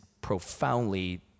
profoundly